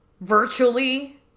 virtually